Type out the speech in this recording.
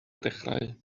dechrau